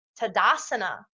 tadasana